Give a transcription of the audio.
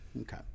Okay